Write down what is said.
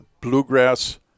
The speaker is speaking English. bluegrass